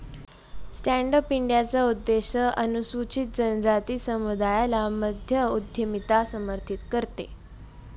stand up इंडियाचा उद्देश अनुसूचित जनजाति समुदायाला मध्य उद्यमिता समर्थित करते